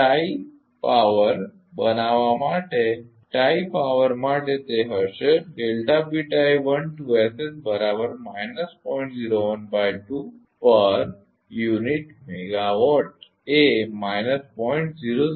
અને tie power બનાવવા માટે ટાઈ પાવર માટે તે હશે પર યુનિટ મેગાવાટ એ માઇનસ 0